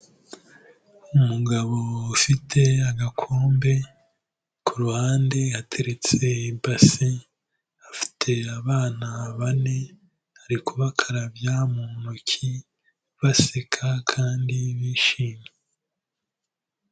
Umugabo ufite agakombe, ku ruhande hateretse ibase, afite abana bane ari kubakarabya mu ntoki baseka kandi bishimye.